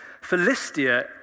Philistia